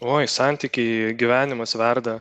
oi santykiai gyvenimas verda